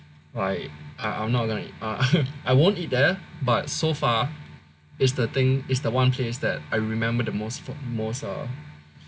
I I I'm not going and I won't eat there but so far is the thing is the one place that I remember the most for most ah